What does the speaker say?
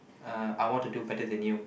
uh I want to do better than you